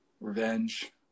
revenge